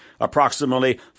approximately